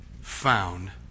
found